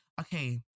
Okay